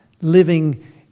living